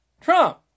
Trump